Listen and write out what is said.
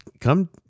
come